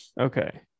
okay